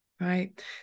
right